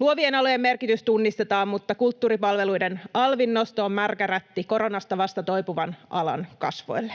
Luovien alojen merkitys tunnistetaan, mutta kulttuuripalveluiden alvin nosto on märkä rätti koronasta vasta toipuvan alan kasvoille.